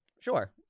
Sure